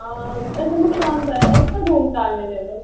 آ أسۍ یِمو شام تام اَسہِ چھا روٗم کانٛہہ ایویلیبٕل